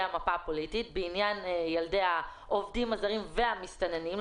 המפה הפוליטית בעניין ילדי העובדים הזרים והמסתננים,